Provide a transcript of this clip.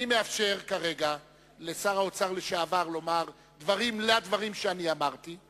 אני מאפשר כרגע לשר האוצר לשעבר לומר דברים על הדברים שאמרתי.